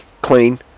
clean